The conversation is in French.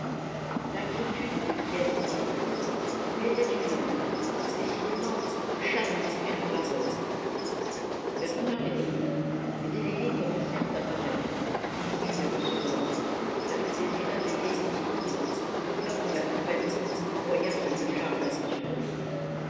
l'inquiétude d'étienne croissait il était une heure décidément pluchart lui manquait de parole vers une heure et demie les délégués commencèrent à paraître et il dut les recevoir car il désirait veiller aux entrées de peur que la compagnie n'envoyât ses mouchards habituels